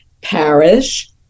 parish